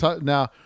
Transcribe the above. now